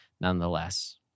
nonetheless